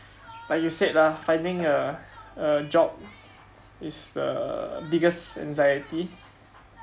but you said lah finding a a job is a biggest anxiety